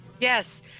yes